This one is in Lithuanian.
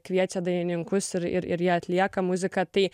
kviečia dainininkus ir ir jie atlieka muziką tai